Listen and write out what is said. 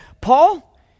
Paul